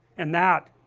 and that